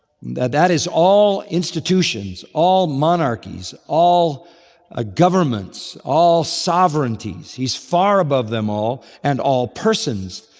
that that is all institutions, all monarchies, all ah governments, all sovereignties. he's far above them all and all persons,